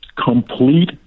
complete